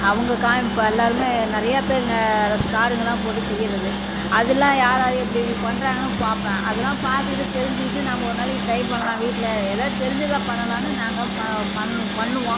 அவங்க காமிப் இப்போ எல்லோருமே நிறையா பேர் அந்த ஸ்டாருங்களாம் போட்டு செய்யுறது அதெலாம் யார்யார் எப்படி எப்படி பண்ணுறாங்கனு பார்ப்பேன் அதெலாம் பார்த்துக்கிட்டு தெரிஞ்சுக்கிட்டு நாம் ஒரு நாளைக்கு ட்ரை பண்ணலாம் வீட்டில் ஏதாவது தெரிஞ்சதை பண்ணலாம்னு நாங்கள் ப பண்ணு பண்ணுவோம்